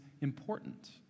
important